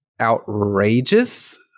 outrageous